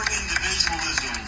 individualism